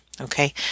okay